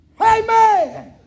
Amen